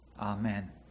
Amen